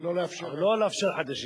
ולא לאפשר, אבל לא לאפשר חדשים.